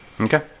Okay